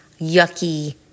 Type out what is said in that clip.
yucky